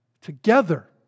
Together